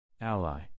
Ally